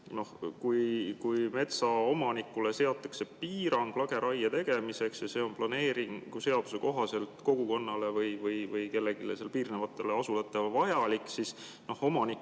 kui metsaomanikule seatakse piirang lageraie tegemiseks ja see on planeerimisseaduse kohaselt kogukonnale või mõnele selle alaga piirnevatest asulatest vajalik, siis omanikult